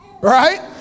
Right